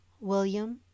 William